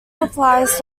applies